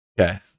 okay